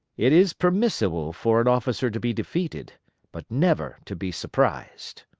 it is permissible for an officer to be defeated but never to be surprised.